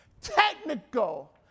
technical